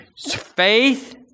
Faith